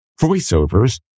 voiceovers